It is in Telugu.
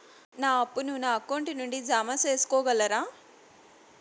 నా అప్పును నా అకౌంట్ నుండి జామ సేసుకోగలరా?